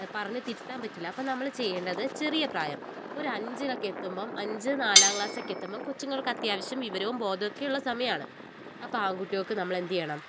പറഞ്ഞു തിരുത്താൻ പറ്റില്ല അപ്പം നമ്മൾ ചെയ്യേണ്ടത് ചെറിയ പ്രായം ഒരു അഞ്ചിലൊക്കെ എത്തുമ്പം അഞ്ച് നാലാം ക്ലാസൊക്കെ എത്തുമ്പം കൊച്ചുങ്ങൾക്ക് അത്യാവശ്യം വിവരോം ബോധമൊക്കെയുള്ള സമയമാണ് അപ്പോൾ ആൺകുട്ടികൾക്ക് നമ്മൾ എന്ത് ചെയ്യണം